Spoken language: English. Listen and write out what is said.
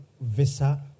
Visa